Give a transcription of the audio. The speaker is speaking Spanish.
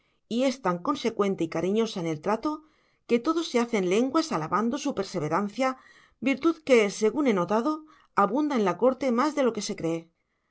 y es tan consecuente y cariñosa en el trato que todos se hacen lenguas alabando su perseverancia virtud que según he notado abunda en la corte más de lo que se cree